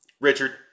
Richard